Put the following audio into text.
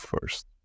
first